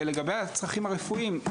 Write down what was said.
ולגבי הצרכים הרפואיים,